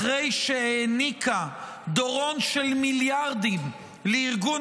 אחרי שהעניקה דורון של מיליארדים לארגון